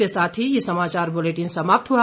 इसी के साथ ये समाचार बुलेटिन समाप्त हुआ